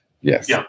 Yes